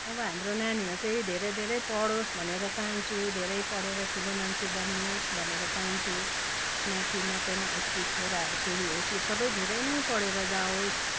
अब हाम्रो नानीहरूले चाहिँ धेरै धेरै पढोस् भनेर चाहन्छु धेरै पढेर ठुलो मान्छे बनोस् भनेर चाहन्छु नाति नतिना होस् कि छोरा छोरी होस् यो सबै धेरै पढेर जाओस्